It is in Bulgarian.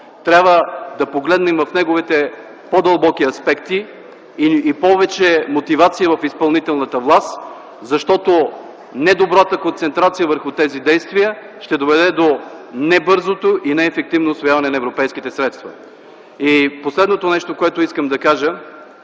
трябва да погледнем в неговите по-дълбоки аспекти и да има повече мотивация в изпълнителната власт, защото недобрата концентрация върху тези действия ще доведе до небързото и неефективно усвояване на европейските средства. Последното нещо, което искам да кажа